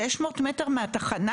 600 מטר מהתחנה?